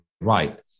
right